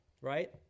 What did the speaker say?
right